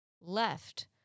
left